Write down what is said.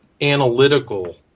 analytical